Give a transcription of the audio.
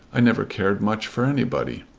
i never cared much for anybody,